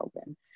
open